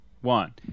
one